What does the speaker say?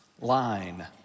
line